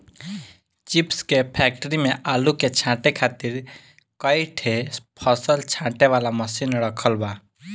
chips के factory में आलू के छांटे खातिर कई ठे फसल छांटे वाला मशीन रखल बा